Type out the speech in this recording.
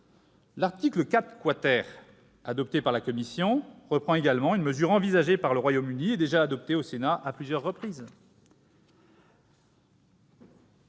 L'article 4 adopté par la commission des finances reprend également une mesure envisagée par le Royaume-Uni et déjà adoptée au Sénat à plusieurs reprises.